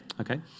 Okay